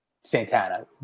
Santana